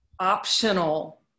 optional